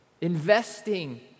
Investing